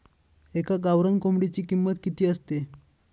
एका गावरान कोंबडीची किंमत किती असते?